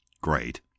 great